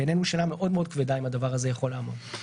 בעינינו זו שאלה מאוד-מאוד כבדה האם הדבר הזה יכול לעמוד.